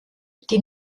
die